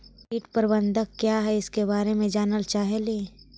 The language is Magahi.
कीट प्रबनदक क्या है ईसके बारे मे जनल चाहेली?